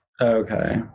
Okay